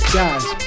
guys